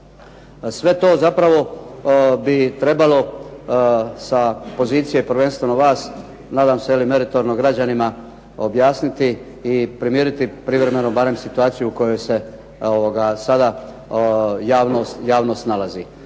Sve to zapravo bi trebalo sa pozicije prvenstveno vas, nadam se, je li meritorno građanima objasniti i primiriti privremeno barem situaciju u kojoj se sada javnost nalazi.